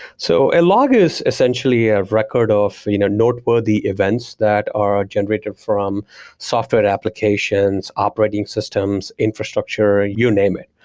so a log is essentially a record of you know noteworthy events that are generated from software applications, operating systems, infrastructure, you name it.